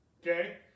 Okay